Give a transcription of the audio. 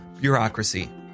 bureaucracy